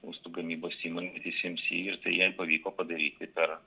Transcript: lustų gamybos įmonė tsmc ir tai jai pavyko padaryti per